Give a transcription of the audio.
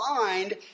find